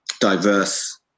diverse